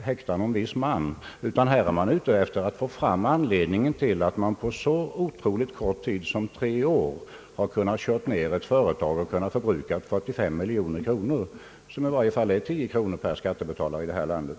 häkta någon viss man, utan här gäller det att få fram anledningen till att man på så otroligt kort tid som tre år har kunnat köra ner ett företag och kunnat förbruka 45 miljoner kronor, vilket i varje fall innebär 10 kronor per skattebetalare här i landet.